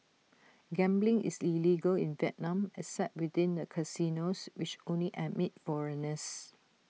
gambling is illegal in Vietnam except within the casinos which only admit foreigners